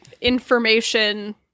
information